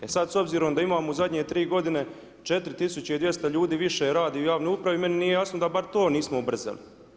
E sad, s obzirom da imamo u zadnje tri godine 4200 ljudi više radi u javnoj upravi, meni nije jasno da bar to nismo ubrzali.